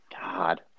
God